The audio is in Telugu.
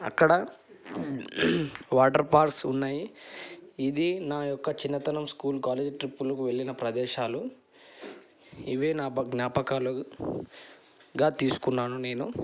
అక్కడ వాటర్ఫాల్స్ ఉన్నాయి ఇది నా యొక్క చిన్నతనం స్కూల్ కాలేజీ ట్రిప్పులకు వెళ్ళిన ప్రదేశాలు ఇవే నా జ్ఞాపకాలుగా తీసుకున్నాను నేను